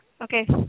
Okay